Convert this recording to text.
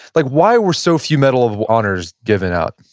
like why were so few medal of honors given out?